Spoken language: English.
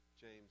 James